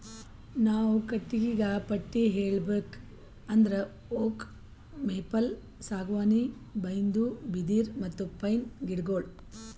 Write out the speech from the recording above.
ನಾವ್ ಕಟ್ಟಿಗಿಗಾ ಪಟ್ಟಿ ಹೇಳ್ಬೇಕ್ ಅಂದ್ರ ಓಕ್, ಮೇಪಲ್, ಸಾಗುವಾನಿ, ಬೈನ್ದು, ಬಿದಿರ್, ಮತ್ತ್ ಪೈನ್ ಗಿಡಗೋಳು